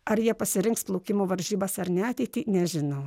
ar jie pasirinks plaukimo varžybas ar ne ateity nežinau